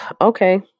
okay